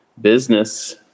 business